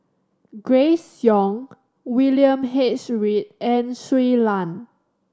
Grace Young William H Read and Shui Lan